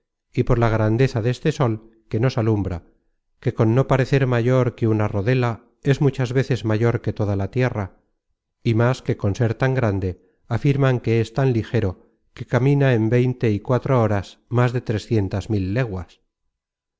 y por la grandeza deste sol que nos alumbra que con no parecer mayor que una rodela es muchas veces mayor que toda la tierra y más que con ser tan grande afirman que es tan ligero que camina en veinte y cuatro horas más de trescientas mil leguas